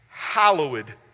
hallowed